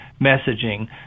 messaging